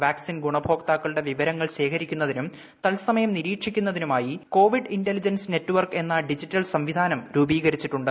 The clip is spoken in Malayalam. വാക്സിൻ ഗുണഭോക്താക്കളുടെ വിവരങ്ങൾ ശേഖരിക്കുന്നതിനും തത്സമയം നിരീക്ഷിക്കുന്നതിനുമായി കോവിഡ് ഇന്റലിജൻസ് നെറ്റ്വർക്ക് എന്ന ഡിജിറ്റൽ സംവിധാനം രൂപീകരിച്ചിട്ടുണ്ട്